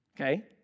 okay